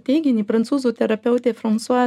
teiginį prancūzų terapeutė fransua